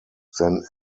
then